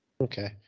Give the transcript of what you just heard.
okay